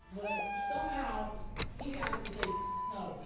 but somehow he got it to say, bleep no,